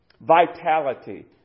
Vitality